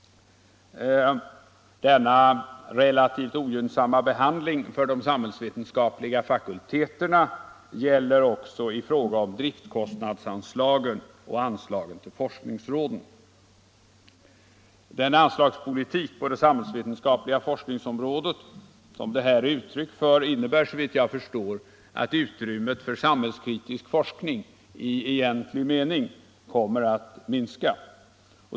Denna relativt ogynnsamma behandling av de samhällsvetenskapliga fakulteterna gäller också i fråga om driftkostnadsanslagen och anslagen till forskningsråden. Den anslagspolitik på det samhällsvetenskapliga forskningsområdet som detta är uttryck för innebär, såvitt jag förstår, att utrymmet för samhällskritisk forskning i egentlig mening kommer att minska.